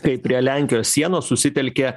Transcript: kai prie lenkijos sienos susitelkė